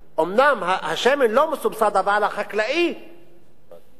אומנם השמן לא מסובסד, אבל החקלאי מסובסד.